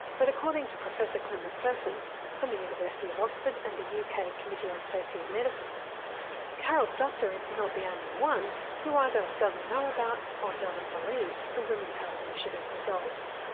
but according to professor klim mcpherson from the university of oxford and the yeah uk ah committee on safety of medicines carole's doctor is not the only one who either doesn't know about or doesn't believe the women's health initiative results.